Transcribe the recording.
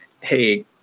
hey